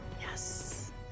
Yes